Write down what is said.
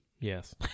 Yes